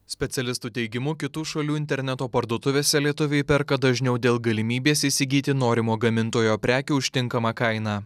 specialistų teigimu kitų šalių interneto parduotuvėse lietuviai perka dažniau dėl galimybės įsigyti norimo gamintojo prekių už tinkamą kainą